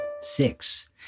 Six